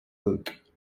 luke